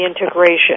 integration